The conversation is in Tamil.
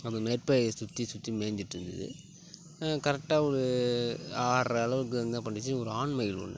அந்த நெற்பயிரை சுற்றி சுற்றி மேஞ்சிட்டுருந்தது கரெட்டாக ஒரு ஆர்ற அளவுக்கு என்ன பண்ணிச்சு ஒரு ஆண் மயில் ஒன்று